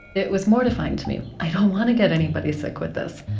it was mortifying to me. i don't want to get anybody sick with this.